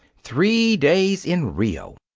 three days in rio!